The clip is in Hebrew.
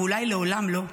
ואולי לעולם לא,